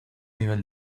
nivel